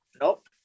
Nope